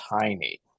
tiny